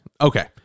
Okay